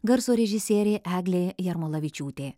garso režisierė eglė jarmolavičiūtė